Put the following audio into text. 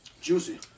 Juicy